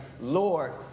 Lord